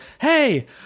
Hey